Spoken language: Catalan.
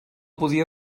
podia